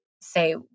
say